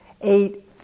eight